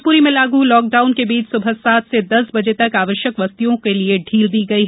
शिवपुरी में लागू लॉकडाउन के बीच सुबह सात से दस बजे तक आवश्यक वस्तुओं के लिए ढील दी गई थी